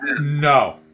No